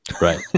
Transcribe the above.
right